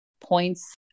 points